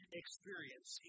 experience